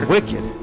Wicked